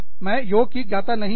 मैं योग की ज्ञाता नहीं हूँ